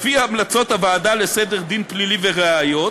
לפי המלצות הוועדה לסדר דין פלילי וראיות